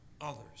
others